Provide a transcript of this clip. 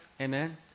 Amen